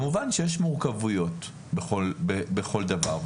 כמובן שיש מורכבויות בכל דבר,